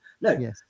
No